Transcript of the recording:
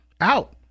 out